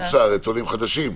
בחוץ-לארץ, עולים חדשים.